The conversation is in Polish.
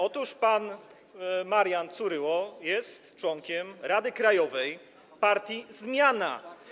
Otóż pan Marian Curyło jest członkiem Rady Krajowej partii Zmiana.